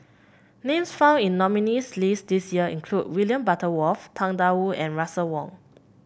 names found in nominees' list this year include William Butterworth Tang Da Wu and Russel Wong